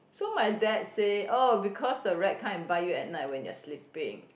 so my dad say oh because the rat come and bite you at night while you are sleeping